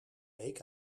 week